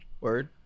Word